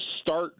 start